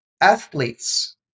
Athletes